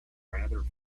rather